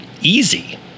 easy